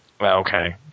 Okay